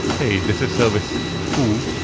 hey, this is service foo.